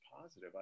positive